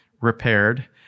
repaired